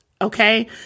okay